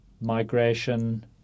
migration